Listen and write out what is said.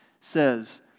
says